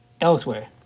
Elsewhere